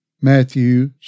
Matthew